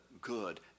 good